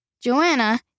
Joanna